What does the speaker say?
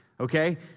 Okay